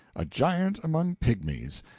a giant among pigmies,